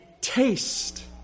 taste